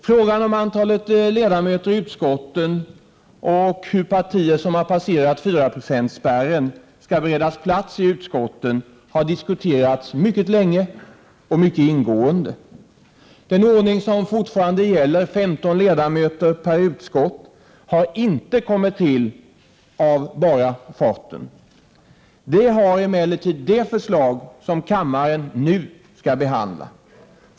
Frågan om antalet ledamöter i utskotten och om hur partier som har passerat fyraprocentsspärren skall beredas plats i utskotten har diskuterats mycket länge och mycket ingående. Den ordning som fortfarande gäller — 15 ledamöter per utskott — har inte kommit till av bara farten. Det har emellertid det förslag gjort som kammaren nu skall behandla.